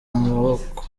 maboko